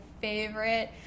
favorite